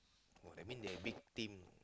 I mean they big team